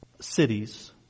cities